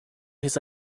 his